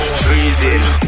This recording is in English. freezing